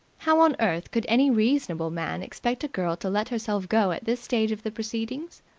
how on earth could any reasonable man expect a girl to let herself go at this stage of the proceedings?